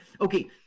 okay